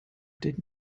did